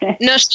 No